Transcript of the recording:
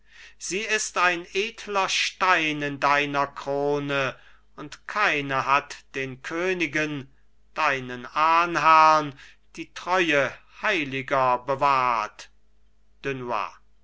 sie ist ein edler stein in deiner krone und keine hat den königen deinen ahnherrn die treue heiliger bewahrt dunois